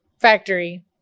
factory